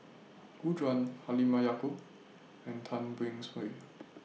Gu Juan Halimah Yacob and Tan Beng Swee